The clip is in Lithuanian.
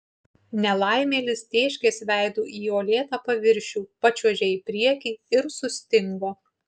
nelaimėlis tėškės veidu į uolėtą paviršių pačiuožė į priekį ir sustingo